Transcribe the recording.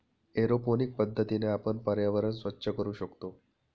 aeroponic पद्धतीने आपण पर्यावरण स्वच्छ करू शकतो